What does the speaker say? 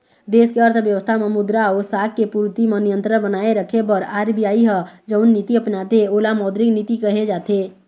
देस के अर्थबेवस्था म मुद्रा अउ साख के पूरति म नियंत्रन बनाए रखे बर आर.बी.आई ह जउन नीति अपनाथे ओला मौद्रिक नीति कहे जाथे